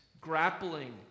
grappling